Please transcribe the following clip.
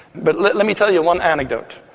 but let let me tell you one anecdote.